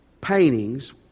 paintings